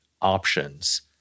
options